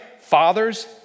father's